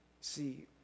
See